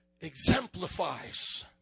exemplifies